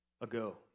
ago